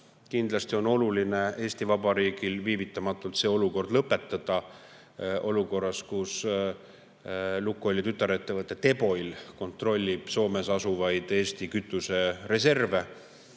Kindlasti on Eesti Vabariigil oluline viivitamatult see olukord lõpetada. Olukorras, kus Lukoili tütarettevõte Teboil kontrollib Soomes asuvaid Eesti kütusereserve